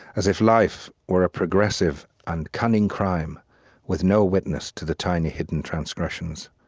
as if life were a progressive and cunning crime with no witness to the tiny hidden transgressions.